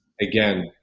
again